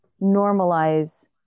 normalize